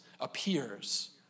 appears